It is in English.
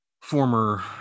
former